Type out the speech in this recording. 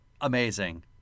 Amazing